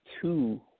two